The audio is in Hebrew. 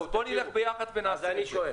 אז בואו נלך ביחד ונעשה את זה,